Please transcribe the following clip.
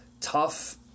Tough